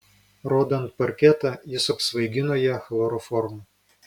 rodant parketą jis apsvaigino ją chloroformu